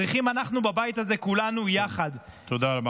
צריכים כולנו יחד, תודה רבה.